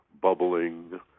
bubbling